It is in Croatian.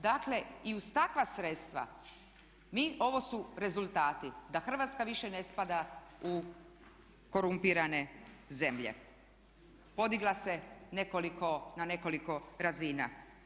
Dakle i uz takva sredstva, ovo su rezultati da Hrvatska više ne spada u korumpirane zemlje, podigla se nekoliko, na nekoliko razina.